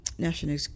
National